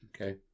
Okay